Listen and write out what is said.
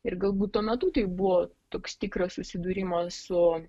ir galbūt tuo metu tai buvo toks tikras susidūrimas su